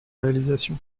réalisation